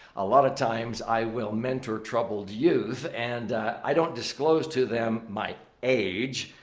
a lot of times, i will mentor troubled youth and i don't disclose to them my age.